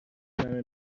منو